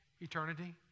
eternity